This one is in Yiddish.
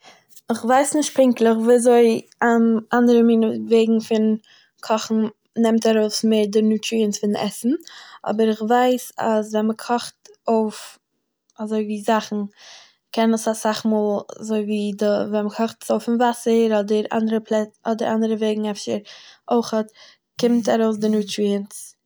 איך ווייס נישט פונקטליך וויזוי אנ...אנדערע מינע וועגן פון קאכן נעמט ארויס מער די נוטריענטס פון עסן, אבער איך ווייס אז ווען מ'קאכט אויף אזוי ווי זאכן, קען עס אסאך מאהל, אזוי ווי די ווען מ'קאכט עס אויף אין וואסער אדער אנדערע פלע אדער אנדערע וועגן אפשר אויכעט קומט ארויס די נוטריענטס.